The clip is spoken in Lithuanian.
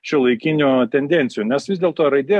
šiuolaikinių tendencijų nes vis dėlto raidė